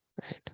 right